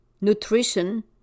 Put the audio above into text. Nutrition